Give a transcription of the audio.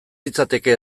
litzateke